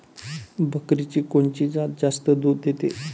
बकरीची कोनची जात जास्त दूध देते?